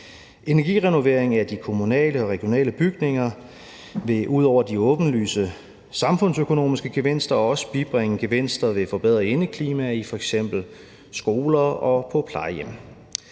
Energirenovering af de kommunale og regionale bygninger vil ud over de åbenlyse samfundsøkonomiske gevinster også bibringe gevinster ved et forbedret indeklima i f.eks. skoler og på plejehjem.